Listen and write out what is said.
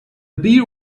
beer